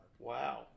Wow